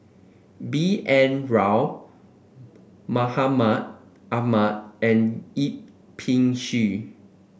B N Rao Mahmud Ahmad and Yip Pin Xiu